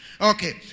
Okay